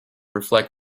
reflect